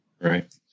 Right